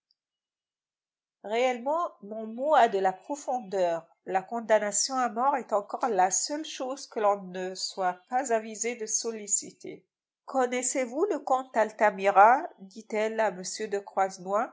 réellement mon mot a de la profondeur la condamnation à mort est encore la seule chose que l'on ne soit pas avisé de solliciter connaissez-vous le comte altamira dit-elle à m de